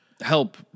help